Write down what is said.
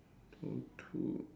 two two